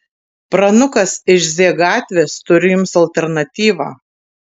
pranukas iš z gatvės turi jums alternatyvą